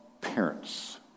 parents